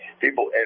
people